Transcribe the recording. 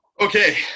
Okay